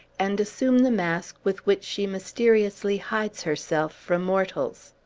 and assume the mask with which she mysteriously hides herself from mortals.